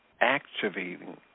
activating